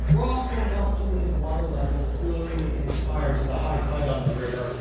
we're also watching these water levels slowly inch higher to the high tide on the river,